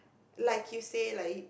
like you say like